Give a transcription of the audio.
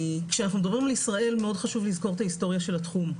כשאנחנו מדברים על ישראל מאוד חשוב לזכור את ההיסטוריה של התחום.